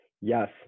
Yes